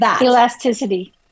Elasticity